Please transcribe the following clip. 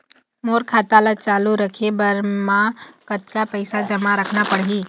मोर खाता ला चालू रखे बर म कतका पैसा जमा रखना पड़ही?